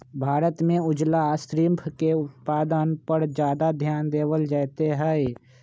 भारत में उजला श्रिम्फ के उत्पादन पर ज्यादा ध्यान देवल जयते हई